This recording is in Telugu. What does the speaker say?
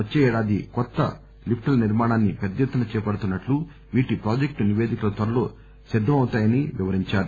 వచ్చే ఏడాది కొత్త లీప్పుల నిర్మాణాన్ని పెద్ద ఎత్తున చేపడుతున్నట్లు వీటి ప్రాజెక్టు నిపేదికలు త్వరలో సిద్దమవుతాయని చెప్పారు